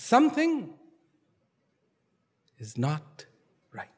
something is not right